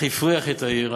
אך הפריח את העיר.